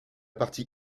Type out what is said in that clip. partie